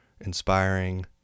inspiring